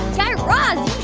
guy raz,